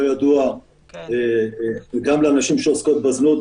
לא ידוע גם לנשים שעוסקות בזנות,